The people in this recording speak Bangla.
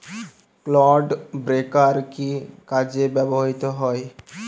ক্লড ব্রেকার কি কাজে ব্যবহৃত হয়?